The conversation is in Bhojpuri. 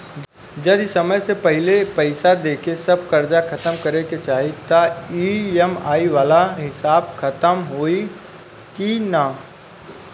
जदी समय से पहिले पईसा देके सब कर्जा खतम करे के चाही त ई.एम.आई वाला हिसाब खतम होइकी ना?